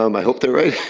um i hope they're right.